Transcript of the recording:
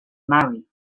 marry